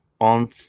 on